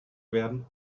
werden